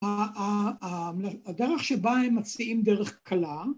‫אה, אה, אהמ, הדרך שבה הם מציעים דרך קלה...